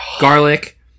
garlic